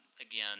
again